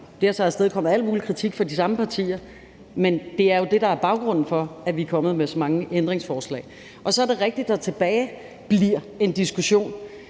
Det har så afstedkommet al mulig kritik fra de samme partier, men det er det, der er baggrunden for, at vi er kommet med så mange ændringsforslag. Så er det rigtigt, at der tilbagebliver en diskussion,